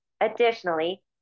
Additionally